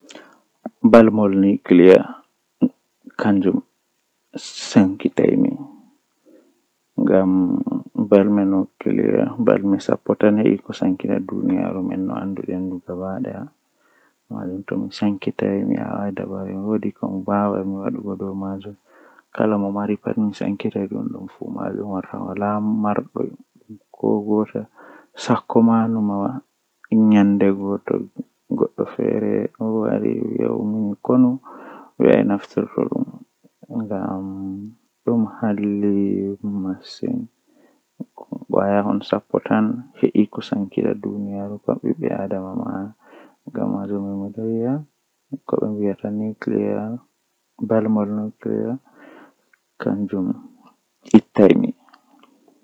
Ndikkanami mi mara ceede ɗuɗɗi haa dow wakkati duɗde ngam wakkati ɗo no ɗuuɗiri fuu to awala ceede ni ɗum bone ayarato amma to aɗon mari ceede no wakkati man famɗiri fuu to aɗon mari cede ananan belɗum ceede man masin